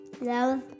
love